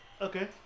Okay